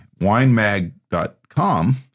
winemag.com